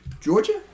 Georgia